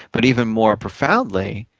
but even more profoundly,